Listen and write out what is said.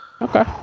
okay